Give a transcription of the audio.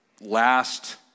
last